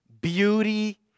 beauty